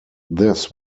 this